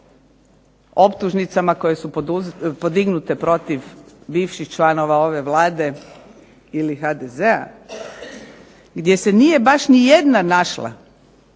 optužnicama koje su podignute protiv bivših članova ove Vlade ili HDZ-a gdje se nije baš ni jedna našla